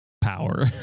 power